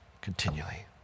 continually